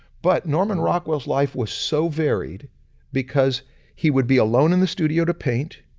but norman rockwell's life was so varied because he would be alone in the studio to paint,